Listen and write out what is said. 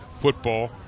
Football